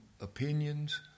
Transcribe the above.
opinions